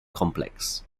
complex